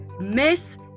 Miss